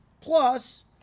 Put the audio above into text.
plus